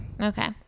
Okay